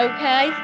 Okay